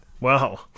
Wow